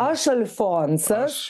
aš alfonsas